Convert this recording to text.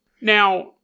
Now